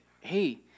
hey